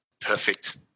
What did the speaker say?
Perfect